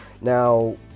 Now